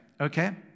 Okay